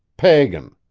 pagan!